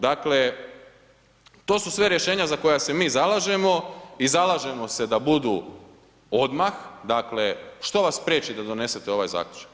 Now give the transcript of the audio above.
Dakle to su sve rješenja za koja se mi zalažemo i zalažemo se da budu odmah, dakle što vas priječi da donesete ovaj Zaključak?